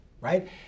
right